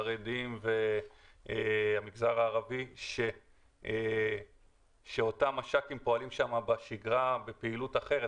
החרדי ובמגזר הערבי והם פועלים שם בשגרה בפעילות אחרת